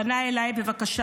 פנה אליי בבקשה,